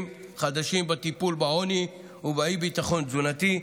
חדשים בטיפול בעוני ובאי-ביטחון התזונתי,